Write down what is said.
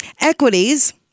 Equities